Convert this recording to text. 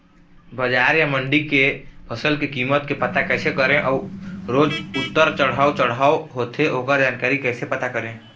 बजार या मंडी के फसल के कीमत के पता कैसे करें अऊ रोज उतर चढ़व चढ़व होथे ओकर जानकारी कैसे पता करें?